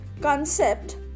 concept